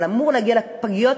שאמור להגיע לפגיות,